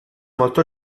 molto